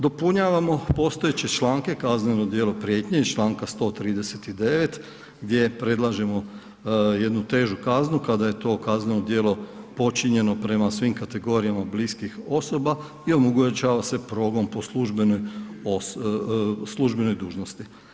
Dopunjavamo postojeće članke, kazneno djelo prijetnje iz čl. 139. gdje predlažemo jednu težu kaznu kada je to kazneno djelo počinjeno prema svim kategorijama bliskih osoba i omogućava se progon po službenoj dužnosti.